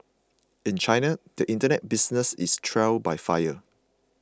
in China the Internet business is trial by fire